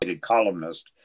columnist